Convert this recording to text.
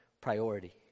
priority